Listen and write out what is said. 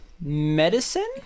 medicine